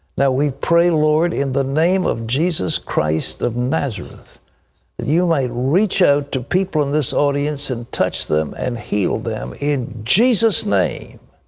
now, we pray lord, in the name of jesus christ of nazareth, that you might reach out to people in this audience in touch them and healed them, in jesus' name.